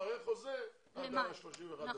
הוא מראה חוזה עד ה-31 במאי.